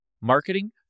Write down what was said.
marketing